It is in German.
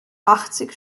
achtzig